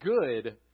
good